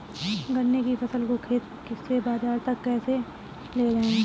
गन्ने की फसल को खेत से बाजार तक कैसे लेकर जाएँ?